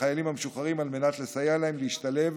לחיילים המשוחררים על מנת לסייע להם להשתלב